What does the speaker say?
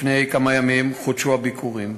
לפני כמה ימים, חודשו הביקורים